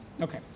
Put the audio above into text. Okay